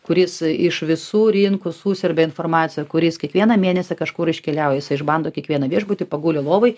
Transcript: kuris iš visų rinkų susiurbia informacija kuris kiekvieną mėnesį kažkur iškeliauja jisai išbando kiekvieną viešbutį paguli lovoj